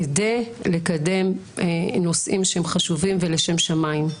כדי לקדם נושאים חשובים ולשם שמיים.